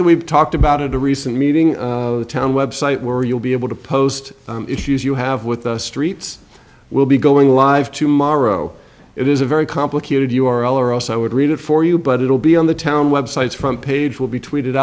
that we've talked about at a recent meeting of the town website where you'll be able to post issues you have with the streets we'll be going live tomorrow it is a very complicated u r l or else i would read it for you but it will be on the town websites front page will be tweeted